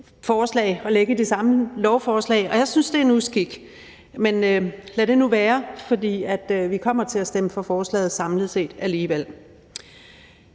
forslag at lægge i det samme lovforslag, og jeg synes, det er en uskik. Men lad det nu være, for vi kommer til at stemme for forslaget samlet set alligevel.